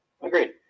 Agreed